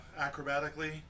acrobatically